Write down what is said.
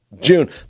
June